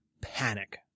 panic